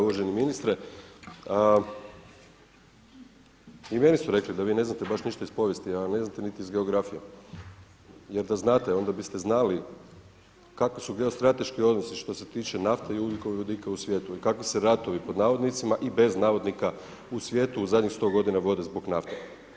Uvaženi ministre, i meni su rekli da vi ne znate baš ništa iz povijesti, a ne znate niti iz geografije jer da znate onda biste znali kakvi su geostrateški odnosi što se tiče nafte i ugljikovodika u svijetu i kakvi se ratovi pod navodnicima i bez navodnika u svijetu u zadnjih 100 godina vode zbog nafte.